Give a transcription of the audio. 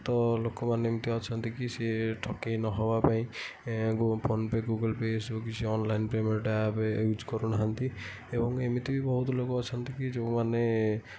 ତ ଲୋକମାନେ ଏମିତି ଅଛନ୍ତି କି ସେ ଠକେଇ ନ ହେବା ପାଇଁ ଫୋନ ପେ ଗୁଗଲ୍ ପେ ଏସବୁ କିଛି ଅନଲାଇନ୍ ପେମେଣ୍ଟ ଆପ୍ ୟୁଜ୍ କରୁନାହାଁନ୍ତି ଏବଂ ଏମିତି ବି ବହୁତ ଲୋକ ଅଛନ୍ତି କି ଯେଉଁମାନେ